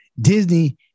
Disney